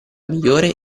migliore